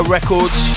Records